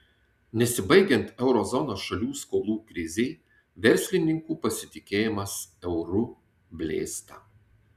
nesibaigiant euro zonos šalių skolų krizei verslininkų pasitikėjimas euru blėsta